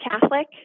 Catholic